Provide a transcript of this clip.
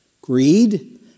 greed